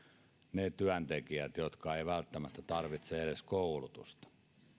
ne työntekijät jotka eivät välttämättä tarvitse edes koulutusta